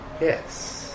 Yes